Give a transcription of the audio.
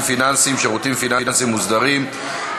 פיננסיים (שירותים פיננסיים מוסדרים),